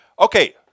Okay